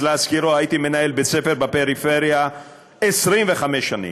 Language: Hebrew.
אז להזכירו: הייתי מנהל בית-ספר בפריפריה 25 שנה,